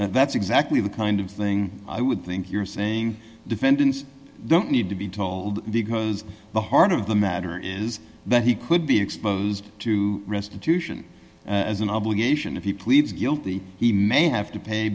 and that's exactly the kind of thing i would think you're saying defendants don't need to be told because the heart of the matter is that he could be exposed to restitution as an obligation if he pleads guilty he may have to pay